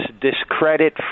discredit